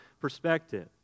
perspective